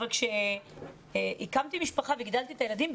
אבל כשהקמתי משפחה וגידלתי את הילדים,